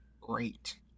Great